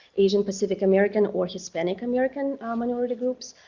asian-pacific american, or hispanic american minority groups.